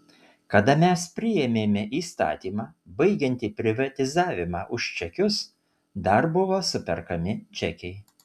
kada mes priėmėme įstatymą baigiantį privatizavimą už čekius dar buvo superkami čekiai